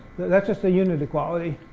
that's just the unit equality.